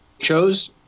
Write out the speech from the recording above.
chose